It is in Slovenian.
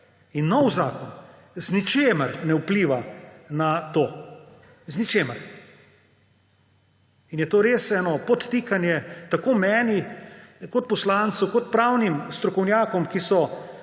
In nov zakon z ničimer ne vpliva na to, z ničimer. In je to res eno podtikanje meni, poslancu, pravnim strokovnjakom, ki so